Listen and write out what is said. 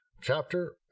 chapter